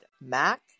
Mac